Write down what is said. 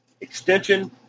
extension